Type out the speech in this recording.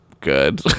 good